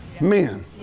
men